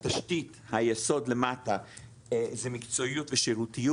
התשתית, היסוד למטה זה מקצועיות ושירותיות.